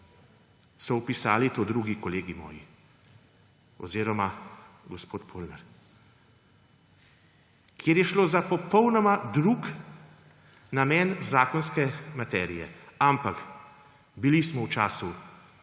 so opisali to drugi kolegi moji oziroma gospod Polnar. Ker je šlo za popolnoma drug namen zakonske materije. Ampak bili smo v času epidemije